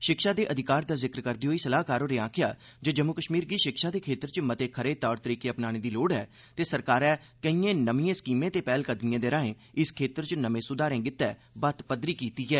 शिक्षा दे अधिकार दा जिक्र करदे होई सलाहकार होरें आखेआ जे जम्मू कश्मीर गी शिक्षा दे खेत्तर च मते खरे तौर तरीके अपनाने दी लोड़ ऐ ते सरकारै केड़एं नमिएं स्कीमें ते पैहलकदमिएं दे राएं इस खेत्तर च नमें सुधारें गितै बत्त पदरी करी दित्ती ऐ